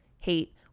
hate